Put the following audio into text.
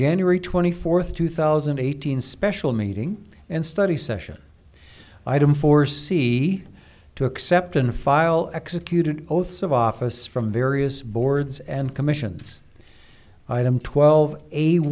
january twenty fourth two thousand eight hundred special meeting and study session item for c to accept and file executed oaths of office from various boards and commissions item twelve